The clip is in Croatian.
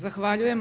Zahvaljujem.